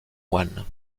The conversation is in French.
one